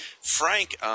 Frank